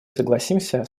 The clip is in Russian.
согласимся